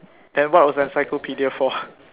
and what was the encyclopedia for